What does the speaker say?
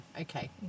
okay